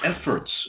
efforts